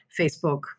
Facebook